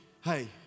Hey